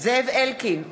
זאב אלקין,